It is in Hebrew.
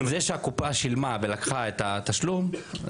זה שהקופה שילמה ולקחה את התשלום,